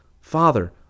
Father